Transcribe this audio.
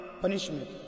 punishment